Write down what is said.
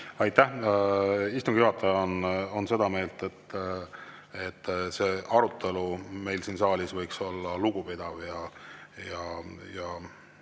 Aitäh! Istungi juhataja on seda meelt, et arutelu võiks meil siin saalis tõesti olla lugupidav ja